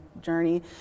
journey